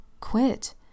Quit